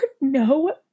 no